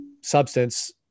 substance